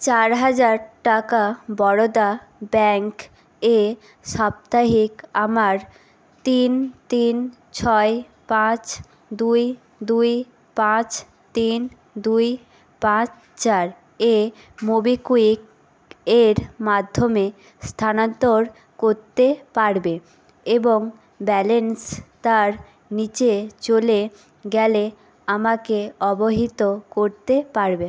চার হাজার টাকা বরোদা ব্যাংক এ সাপ্তাহিক আমার তিন তিন ছয় পাঁচ দুই দুই পাঁচ তিন দুই পাঁচ চার এ মোবিকুইক এর মাধ্যমে স্থানান্তর করতে পারবে এবং ব্যালেন্স তার নীচে চলে গেলে আমাকে অবহিত করতে পারবে